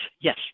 Yes